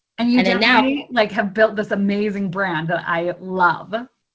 and yeah then now like have built this amazing brand that i love.